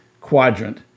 quadrant